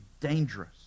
dangerous